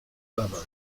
leather